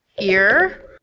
Ear